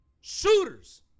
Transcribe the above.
Shooters